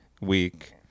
week